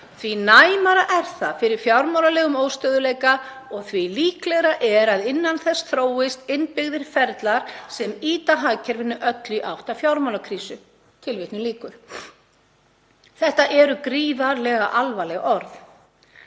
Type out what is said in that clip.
því næmari er það fyrir fjármálalegum óstöðugleika og því líklegra er að innan þess þróist innbyggðir ferlar sem ýta hagkerfinu öllu í átt að fjármálakrísu.“ Þetta eru gríðarlega alvarleg orð.